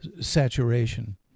saturation